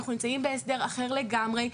אנחנו נמצאים בהסדר אחר לגמרי.